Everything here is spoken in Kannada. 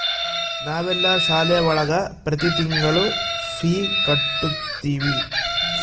ನಾವೆಲ್ಲ ಶಾಲೆ ಒಳಗ ಪ್ರತಿ ತಿಂಗಳು ಫೀ ಕಟ್ಟುತಿವಿ